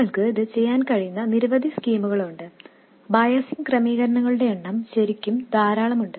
നിങ്ങൾക്ക് ഇത് ചെയ്യാൻ കഴിയുന്ന നിരവധി സ്കീമുകളുണ്ട് ബയസിങ് ക്രമീകരണങ്ങളുടെ എണ്ണം ശരിക്കും ധാരാളം ഉണ്ട്